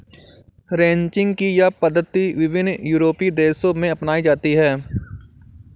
ranching की यह पद्धति विभिन्न यूरोपीय देशों में अपनाई जाती है